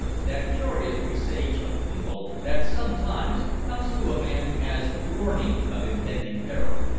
that curious presage of evil that sometimes comes to a man as warning of impending peril.